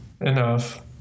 enough